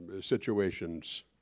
situations